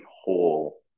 whole